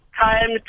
time